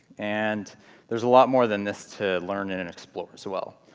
and there's a lot more than this to learn and and explore as well.